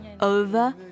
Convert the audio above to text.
Over